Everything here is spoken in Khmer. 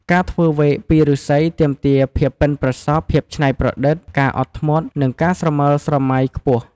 ការធ្វើវែកពីឫស្សីទាមទារភាពប៉ិនប្រសប់ ភាពឆ្នៃប្រឌិត ការអត់ធ្មត់ និងការស្រមើលស្រមៃខ្ពស់។